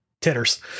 titters